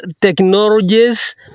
technologies